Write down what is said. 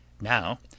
now